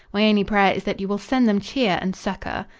my only prayer is that you will send them cheer and succor.